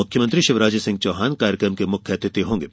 मुख्यमंत्री शिवराज सिंह चौहान कार्यक्रम के मुख्य अतिथि होंगे